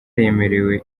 yemerewe